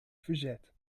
verzet